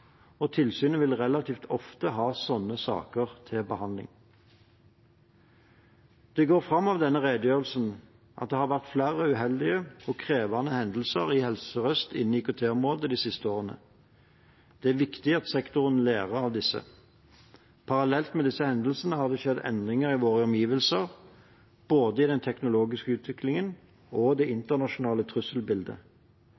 og tilsynet vil relativt ofte ha slike saker til behandling. Det går fram av denne redegjørelsen at det har vært flere uheldige og krevende hendelser i Helse Sør-Øst innen IKT-området de siste årene. Det er viktig at sektoren lærer av disse. Parallelt med disse hendelsene har det skjedd endringer i våre omgivelser, både i den teknologiske utviklingen og i det